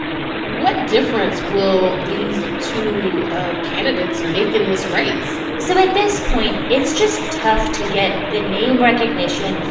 what difference will these two ah candidates make in this race? so at this point, it's just tough to get the name recognition,